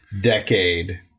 decade